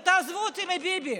תעזבו אותי מביבי,